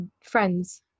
friends